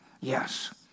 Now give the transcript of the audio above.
Yes